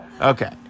Okay